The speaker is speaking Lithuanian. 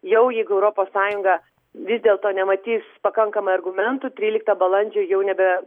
jau jeigu europos sąjunga vis dėlto nematys pakankamai argumentų tryliktą balandžio jau nebe